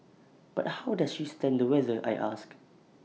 but how does she stand the weather I ask